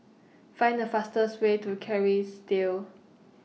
Find The fastest Way to Kerrisdale